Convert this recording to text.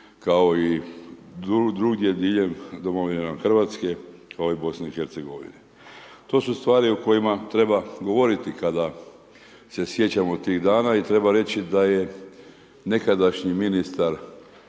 kao i drugdje diljem domovine nam Hrvatske, kao i Bosne i Hercegovine. To su stvari o kojima treba govoriti kada se sjećamo tih dana i treba reći da je nekadašnji ministar